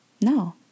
No